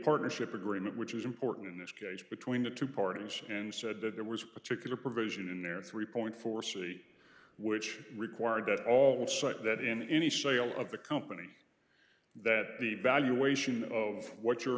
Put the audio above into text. partnership agreement which is important in this case between the two parties and said that there was a particular provision in there three point four c which required that all shut that in any sale of the company that the valuation of what your